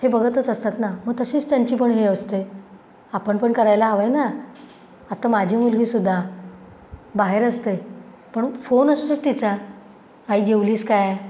हे बघतच असतात ना मग तशीच त्यांची पण हे असते आपण पण करायला हवं आहे ना आत्ता माझी मुलगीसुद्धा बाहेर असते पण फोन असतोच तिचा आई जेवलीस काय